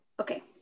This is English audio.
Okay